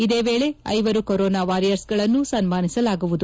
ಇದೇ ವೇಳೆ ಐವರು ಕೊರೋನಾ ವಾರಿಯರ್ಸ್ನ್ನು ಸನ್ನಾನಿಸಲಾಗುವುದು